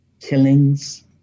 Killings